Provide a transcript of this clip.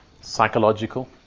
psychological